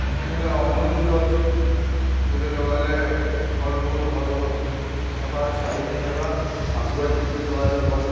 ଗୁଟେ ହେଲେ ଅମୃତ୍ ଗଛ୍ ଗୁଟେ ଲଗାଲେ ଫଲ୍ମୂଲ୍ ଭଲ୍ ହେବା ଛାଇ ବି ହେବା ଆମ୍ବ୍ ଗଛ୍ ବି ଲଗାଲେ ଭଲ୍